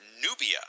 Nubia